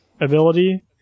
ability